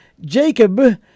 Jacob